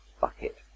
bucket